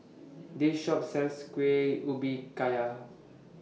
This Shop sells Kuih Ubi kayak